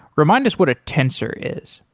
remind us what a tensor is.